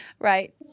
right